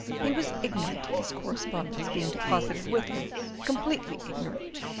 he was ignorant of this correspondence being deposited with him completely ignorant.